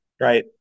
Right